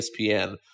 ESPN